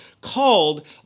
called